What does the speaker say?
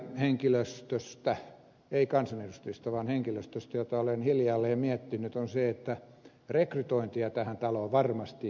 henkilöstöstä ei kansanedustajista vaan henkilöstöstä toinen asia jota olen hiljalleen miettinyt on se että rekrytointia tähän taloon varmasti voitaisiin kehittää